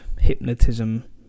hypnotism